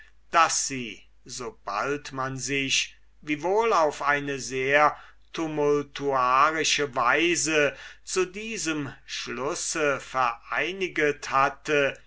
daß sie so bald man sich wiewohl auf eine sehr tumultuarische weise dieses schlusses vereiniget hatte